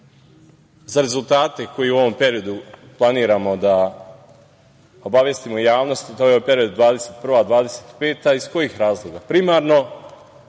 za rezultate koje u ovom periodu planiramo da obavestimo javnost, a to je period 2021. - 2025. godine, iz kojih razloga? Primarno,